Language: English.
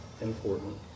important